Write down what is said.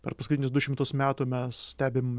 per paskutinius du šimtus metų mes stebim